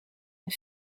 een